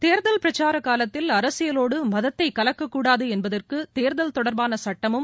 தேர்தல் பிரச்சார காலத்தில் அரசியலோடு மதத்தை கலக்கக்கூடாது என்பதற்கு தேர்தல் தொடர்பான சட்டமும்